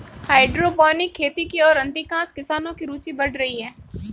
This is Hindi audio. हाइड्रोपोनिक खेती की ओर अधिकांश किसानों की रूचि बढ़ रही है